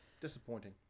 disappointing